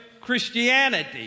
christianity